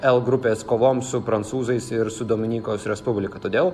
l grupės kovoms su prancūzais ir su dominikos respublika todėl